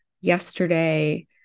yesterday